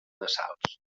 nasals